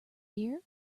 here